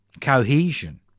cohesion